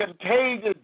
contagious